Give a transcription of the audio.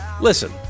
Listen